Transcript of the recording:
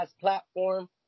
platform